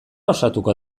ausartuko